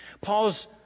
Paul's